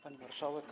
Pani Marszałek!